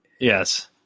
Yes